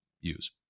use